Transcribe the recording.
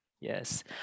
Yes